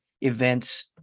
events